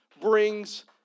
brings